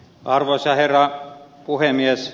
arvoisa herra puhemies